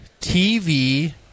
TV